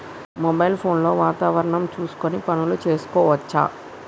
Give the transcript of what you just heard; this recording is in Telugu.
మొబైల్ ఫోన్ లో వాతావరణం చూసుకొని పనులు చేసుకోవచ్చా?